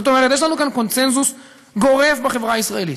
זאת אומרת יש לנו כאן קונסנזוס גורף בחברה הישראלית,